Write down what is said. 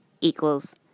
equals